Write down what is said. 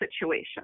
situation